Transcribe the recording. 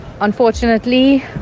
Unfortunately